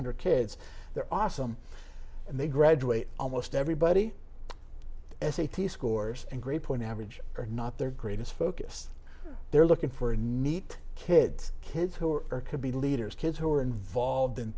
hundred kids are awesome and they graduate almost everybody as a t scores and grade point average or not their greatest focus they're looking for a neat kids kids who are or could be leaders kids who are involved in